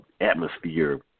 atmosphere